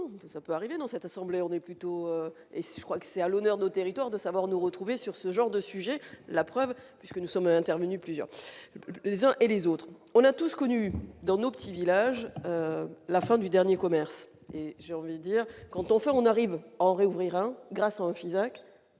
ça peut arriver dans cette assemblée, on est plutôt et si je crois que c'est à l'honneur nos territoires de savoir nous retrouver sur ce genre de sujet, la preuve puisque nous sommes intervenus plusieurs les uns et les autres, on a tous connu dans nos petits villages, la fin du dernier commerce et j'ai envie de dire, quand enfin on arrive en réouvrir un grâce à un physique